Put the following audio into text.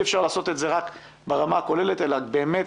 אי אפשר לעשות את זה רק ברמה הכוללת אלא באמת